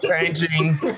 changing